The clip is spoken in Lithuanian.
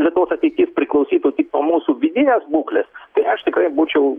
lietuvos ateitis priklausytų tik nuo mūsų vidinės būklės tai aš tikrai būčiau